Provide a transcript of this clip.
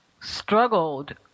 struggled